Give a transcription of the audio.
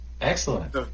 Excellent